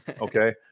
Okay